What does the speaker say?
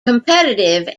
competitive